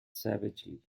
savagely